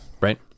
Right